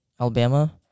Alabama